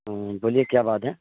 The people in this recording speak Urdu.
ہوں بولیے کیا بات ہے